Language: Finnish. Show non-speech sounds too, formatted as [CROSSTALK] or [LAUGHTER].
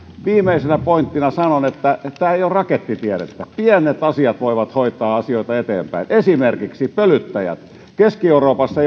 viimeisenä pointtina sanon että tämä ei ole rakettitiedettä pienet asiat voivat hoitaa asioita eteenpäin esimerkiksi pölyttäjät keski euroopassa [UNINTELLIGIBLE]